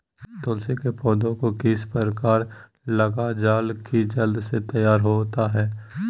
तुलसी के पौधा को किस प्रकार लगालजाला की जल्द से तैयार होता है?